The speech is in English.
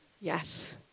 Yes